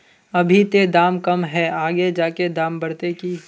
अभी ते दाम कम है आगे जाके दाम बढ़ते की?